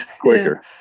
quicker